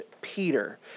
Peter